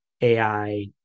AI